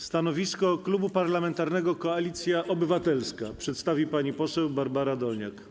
Stanowisko Klubu Parlamentarnego Koalicja Obywatelska przedstawi pani poseł Barbara Dolniak.